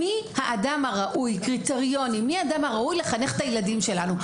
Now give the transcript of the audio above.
מי האדם הראוי לחנך את הילדים שלנו.